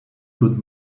good